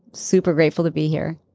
super grateful to be here